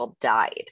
died